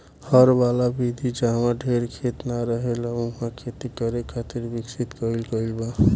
हर वाला विधि जाहवा ढेर खेत ना रहेला उहा खेती करे खातिर विकसित कईल गईल बा